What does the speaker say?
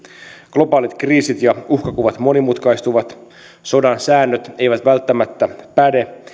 globaalit kriisit ja uhkakuvat monimutkaistuvat sodan säännöt eivät välttämättä päde